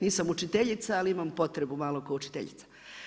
Nisam učiteljica ali imam potrebu malo kao učiteljica.